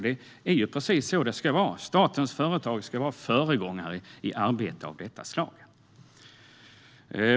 Det är precis så det ska vara: Statens företag ska vara föregångare i arbete av detta slag.